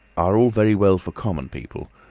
are all very well for common people.